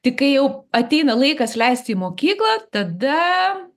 tik kai jau ateina laikas leist į mokyklą tada